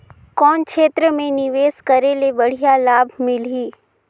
कौन क्षेत्र मे निवेश करे ले बढ़िया लाभ मिलही?